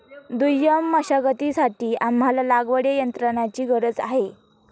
दुय्यम मशागतीसाठी आम्हाला लागवडयंत्राची गरज आहे